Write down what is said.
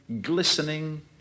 glistening